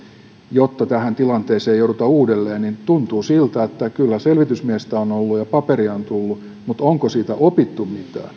jotta tähän tilanteeseen ei jouduta uudelleen tuntuu siltä että kyllä selvitysmiestä on ollut ja paperia on tullut mutta onko siitä opittu mitään jään